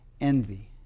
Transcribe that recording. envy